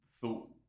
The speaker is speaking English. thought